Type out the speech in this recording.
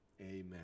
Amen